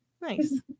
nice